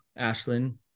Ashlyn